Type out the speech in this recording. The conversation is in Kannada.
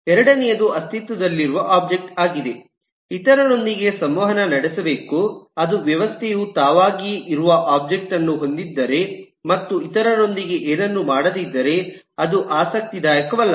ಎರಡನೆಯದು ಅಸ್ತಿತ್ವದಲ್ಲಿರುವ ಒಬ್ಜೆಕ್ಟ್ ಆಗಿದೆ ಇತರರೊಂದಿಗೆ ಸಂವಹನ ನಡೆಸಬೇಕು ಅದು ವ್ಯವಸ್ಥೆಯು ತಾವಾಗಿಯೇ ಇರುವ ಒಬ್ಜೆಕ್ಟ್ ಅನ್ನು ಹೊಂದಿದ್ದರೆ ಮತ್ತು ಇತರರೊಂದಿಗೆ ಏನನ್ನೂ ಮಾಡದಿದ್ದರೆ ಅದು ಆಸಕ್ತಿದಾಯಕವಲ್ಲ